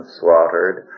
slaughtered